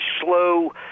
slow